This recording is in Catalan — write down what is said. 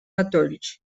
matolls